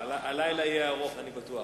הלילה יהיה ארוך, אני בטוח.